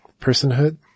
personhood